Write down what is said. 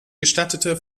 gestattete